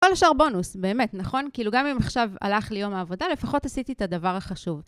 כל השאר בונוס, באמת, נכון? כאילו גם אם עכשיו הלך לי יום העבודה, לפחות עשיתי את הדבר החשוב.